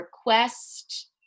request